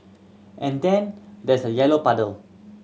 and then there's a yellow puddle